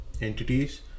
entities